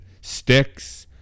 sticks